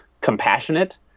compassionate